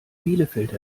bielefeld